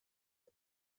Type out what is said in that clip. ihr